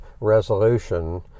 resolution